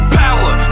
power